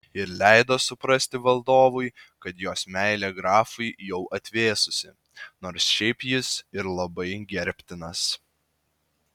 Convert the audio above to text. ir leido suprasti valdovui kad jos meilė grafui jau atvėsusi nors šiaip jis ir labai gerbtinas